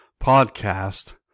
podcast